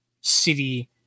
city